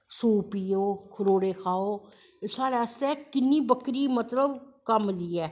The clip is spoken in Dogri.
सूप पियो खरौड़े खाहो साढ़ै आस्तै किन्नी मतलव बकरी कम्म दी ऐ